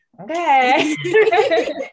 okay